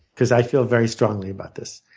because i feel very strongly about this.